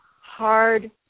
hard